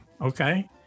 Okay